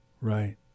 Right